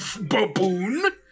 baboon